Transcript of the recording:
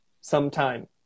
sometime